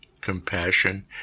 compassion